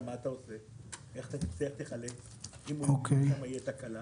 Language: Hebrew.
איך תצליח להיחלץ אם תהיה שם תקלה?